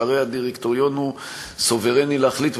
שהרי הדירקטוריון הוא סוברני להחליט.